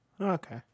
Okay